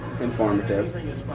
informative